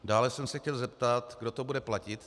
Dále jsem se chtěl zeptat, kdo to bude platit.